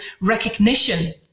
recognition